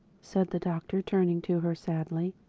said the doctor turning to her sadly,